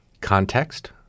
context